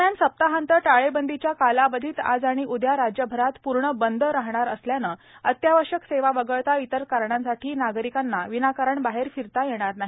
दरम्यान सप्ताहांत टाळेबंदीच्या कालावधीत आज आणि उद्या राज्यभरात पूर्ण बंद राहणार असल्यानं अत्यावश्यक सेवा वगळता इतर कारणांसाठी नागरिकांना विनाकारण बाहेर फिरता येणार नाही